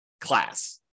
class